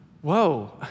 whoa